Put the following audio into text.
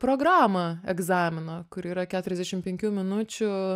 programą egzamino kuri yra keturiasdešim penkių minučių